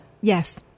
Yes